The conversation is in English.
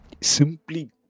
Simply